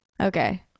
Okay